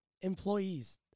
employees